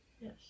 Yes